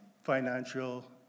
financial